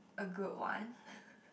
a good one